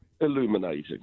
illuminating